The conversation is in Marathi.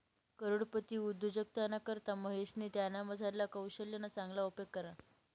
करोडपती उद्योजकताना करता महेशनी त्यानामझारला कोशल्यना चांगला उपेग करा